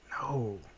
No